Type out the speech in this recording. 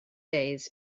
days